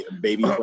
baby